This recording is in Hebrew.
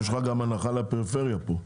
יש לך גם הנחה לפריפריה פה,